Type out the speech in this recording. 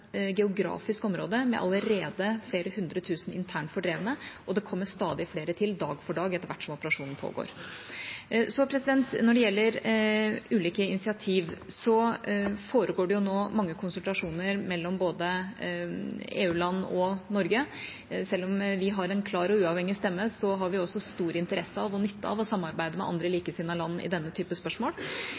geografisk område med allerede flere hundre tusen internt fordrevne, og det kommer stadig flere til, dag for dag, etter som operasjonen pågår. Når det gjelder ulike initiativ, foregår det nå mange konsultasjoner både mellom EU-land og mellom EU-land og Norge. Selv om vi har en klar og uavhengig stemme, har vi også stor interesse og nytte av å samarbeide med andre likesinnede land i denne type spørsmål.